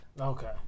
okay